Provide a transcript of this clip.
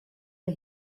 der